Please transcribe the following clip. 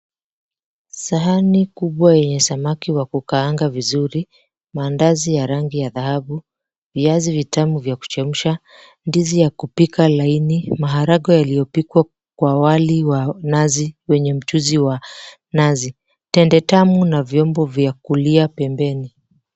Sahani kubwa yenye samaki wa kukaanga vizuri, mandazi ya rangi ya dhahabu, viazi vitamu vya kuchemsha, ndizi ya kupika laini, maharagwe yaliyopikwa kwa wali wa nazi wenye mchuzi wa nazi, tende tamu na vyombo vya kulia pembeni.